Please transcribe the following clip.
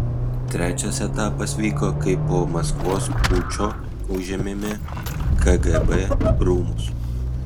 trečias etapas vyko kai po maskvos pučo užėmėme kgb rūmus